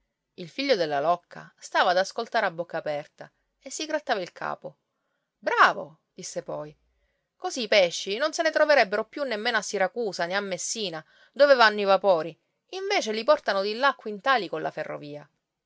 il figlio della locca stava ad ascoltare a bocca aperta e si grattava il capo bravo disse poi così pesci non se ne troverebbero più nemmeno a siracusa né a messina dove vanno i vapori invece li portano di là a quintali colla ferrovia